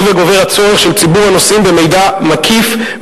וגובר הצורך של ציבור הנוסעים במידע מקיף,